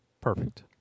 Perfect